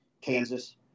Kansas